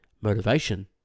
motivation